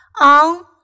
On